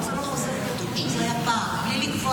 למה זה לא חוזר להיות כמו שהיה פעם, בלי לקבוע